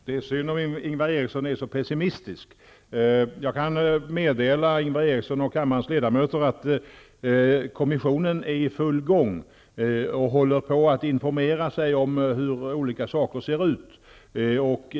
Herr talman! Det är synd om Ingvar Eriksson är så pessimistisk. Jag kan meddela Ingvar Eriksson och kammarens ledamöter att kommissionen är i full gång och håller på att informera sig om hur olika saker ligger till.